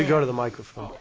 to go to the microphone